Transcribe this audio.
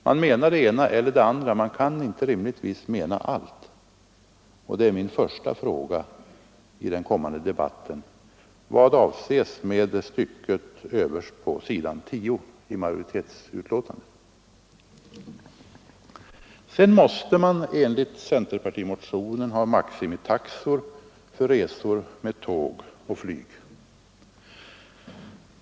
Man måste mena det ena eller det andra — man kan rimligtvis inte mena allt! Min första fråga i denna debatt blir: Vad avses med stycket överst på s. 10 i majoritetsbetänkandet? Sedan måste man enligt centerpartimotionen ha maximitaxor för resor med tåg och flyg.